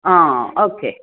हा ओ के